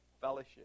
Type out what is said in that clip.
Fellowship